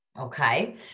okay